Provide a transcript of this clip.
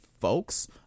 Folks